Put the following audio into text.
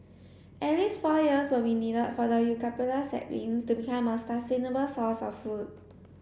at least four years will be needed for the eucalyptus saplings to become a sustainable source of food